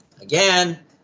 Again